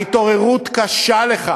ההתעוררות קשה לך.